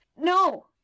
no